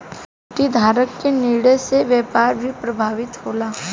equity धारक के निर्णय से व्यापार भी प्रभावित होला